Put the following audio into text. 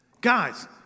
Guys